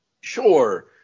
sure